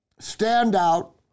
standout